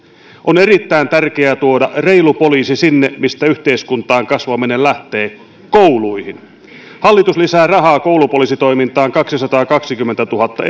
on erittäin tärkeää tuoda reilu poliisi sinne mistä yhteiskuntaan kasvaminen lähtee kouluihin hallitus lisää rahaa koulupoliisitoimintaan kaksisataakaksikymmentätuhatta